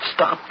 Stop